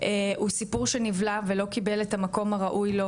הוא סיפור שנבלע ולא קיבל את מקום הראוי לו,